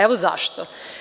Evo zašto.